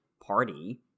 party